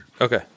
Okay